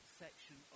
section